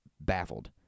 baffled